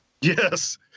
Yes